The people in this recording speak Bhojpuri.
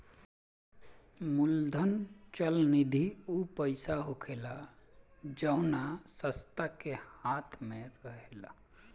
मूलधन चल निधि ऊ पईसा होखेला जवना संस्था के हाथ मे रहेला